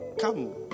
Come